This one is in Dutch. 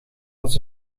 als